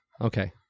Okay